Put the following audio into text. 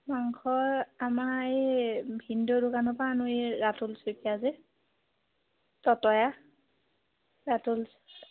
মাংস আমাৰ এই ভিনদেউৰ দোকানৰ পৰা আনো এই ৰাতুল শইকীয়া যে ততয়া ৰাতুল